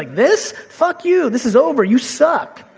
like this, fuck you, this is over, you suck.